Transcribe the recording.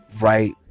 Right